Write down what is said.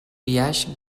biaix